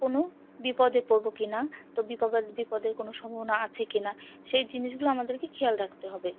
কোনো বিপদে পড়বো কি না তো বিপ বিপদের কোনো সম্ভাবনা আছে কি না সেই জিনিসগুলো আমাদেরকে খেয়াল রাখতে হবে